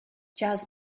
jazz